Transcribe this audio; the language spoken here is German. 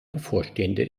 bevorstehende